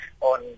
on